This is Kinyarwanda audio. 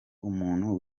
umuntu